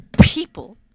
people